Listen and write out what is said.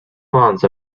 funds